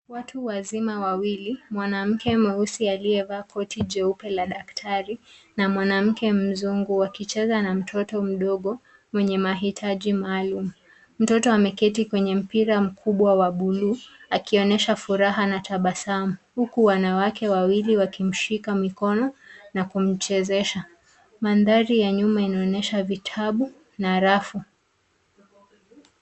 Watu wazima wawili, mwanamke mweusi aliyevaa koti jeupe la daktari, na mwanamke mzungu, wakicheza na mtoto mdogo, mwenye mahitaji maalum. Mtoto ameketi kwenye mpira mkubwa wa bluu, akionyesha furaha na tabasamu. Huku wanawake wawili wakimshika mikono, na kumchezesha. Mandhari ya nyuma inaonyesha vitabu, na rafu.